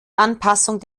anpassung